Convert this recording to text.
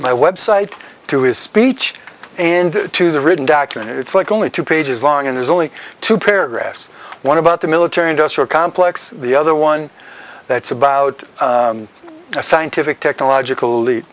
my website to his speech and to the written document it's like only two pages long and there's only two paragraphs one about the military industrial complex the other one that's about a scientific technological